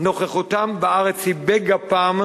נוכחותם בארץ היא בגפם,